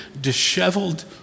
disheveled